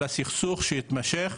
אלא סכסוך שיתמשך